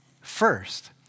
first